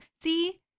See